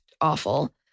awful